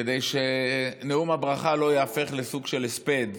כדי שנאום הברכה לא ייהפך לסוג של הספד,